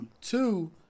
Two